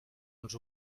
ens